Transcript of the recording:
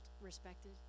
respected